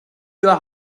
your